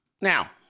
Now